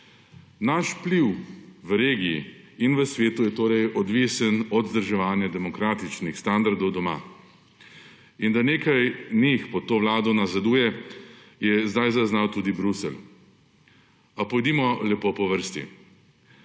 Naš vpliv v regiji in v svetu je torej odvisen od vzdrževanja demokratičnih standardov doma. Da nekaj njih pod to vlado nazaduje, je zdaj zaznal tudi Bruselj. A pojdimo lepo po vrsti.